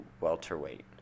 welterweight